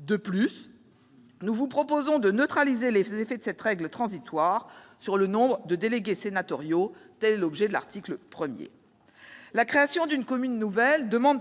De plus, nous vous proposons de neutraliser les effets de l'application de cette règle transitoire sur le nombre de délégués sénatoriaux. Tel est l'objet de l'article 1. Par ailleurs, la création d'une commune nouvelle demande